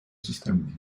систему